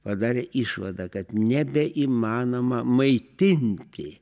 padarė išvadą kad nebeįmanoma maitinti